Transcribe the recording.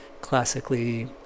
classically